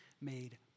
made